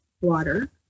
water